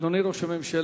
אדוני ראש הממשלה,